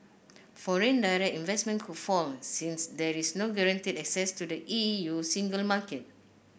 foreign direct investment could fall since there is no guaranteed access to the E U single market